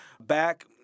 back